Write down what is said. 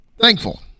Thankful